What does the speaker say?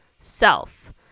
self